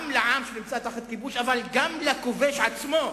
גם לעם שנמצא תחת הכיבוש, אבל גם לכובש עצמו,